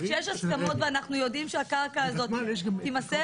כשיש הסכמות ואנחנו יודעים שהקרקע הזאת תימסר,